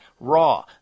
raw